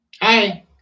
hi